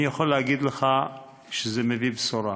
אני יכול להגיד לך שזה מביא בשורה.